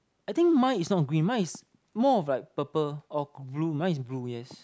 I think mine is not green mine is more of like purple or blue mine is blue yes